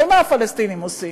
הרי מה הפלסטינים עושים?